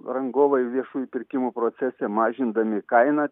rangovai viešųjų pirkimų procese mažindami kainą